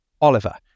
oliver